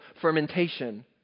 fermentation